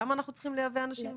למה אנחנו צריכים לייבא אנשים מבחוץ?